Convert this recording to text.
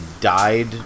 died